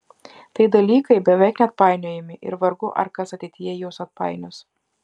tai dalykai beveik neatpainiojami ir vargu ar kas ateityje juos atpainios